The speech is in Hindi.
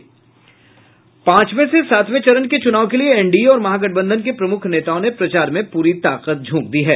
पांचवें से सातवें चरण के चूनाव के लिए एनडीए और महागठबंधन के प्रमुख नेताओं ने प्रचार में पूरी ताकत झोंक दी है